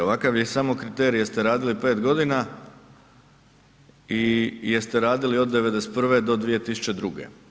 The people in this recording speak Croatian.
Ovakav je samo kriterij jer ste radili pet godina i jeste radili od '91. do 2002.